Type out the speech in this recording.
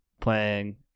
playing